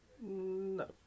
No